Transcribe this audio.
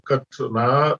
kad na